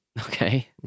Okay